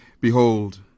Behold